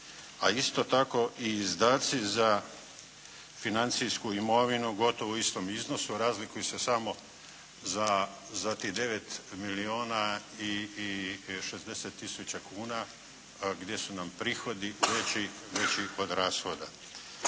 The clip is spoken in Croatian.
A isto tako i izdaci za financijsku imovinu gotovo u istom iznosu, a razlikuju se samo za, za tih 9 milijuna i 60 tisuća kuna gdje su nam prihodi veći od rashoda.